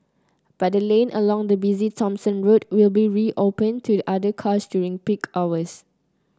but the lane along the busy Thomson Road will be reopened to other cars during peak hours